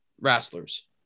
wrestlers